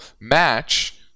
match